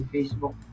Facebook